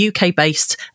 UK-based